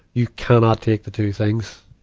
you cannot take the two things.